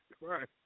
Right